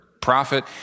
prophet